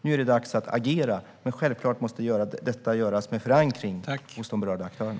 Nu är det dags att agera, men det måste självfallet göras med förankring hos de berörda aktörerna.